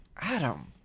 Adam